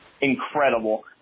incredible